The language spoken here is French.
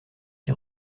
qui